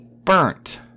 Burnt